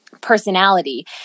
personality